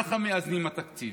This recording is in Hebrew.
ככה מאזנים את התקציב.